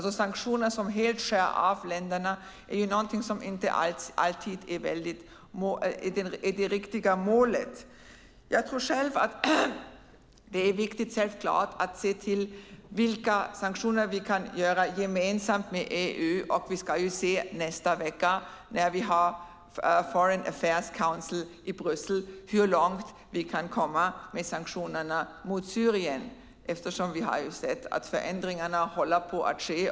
Sanktioner som helt skär av länderna är inte alltid det riktiga målet. Jag tror själv att det är viktigt att se vilka sanktioner vi kan införa gemensamt med EU. Vi får se hur långt vi kan komma med sanktionerna mot Syrien när vi har Foreign Affairs Council i Bryssel nästa vecka. Vi har sett att förändringar håller på att ske.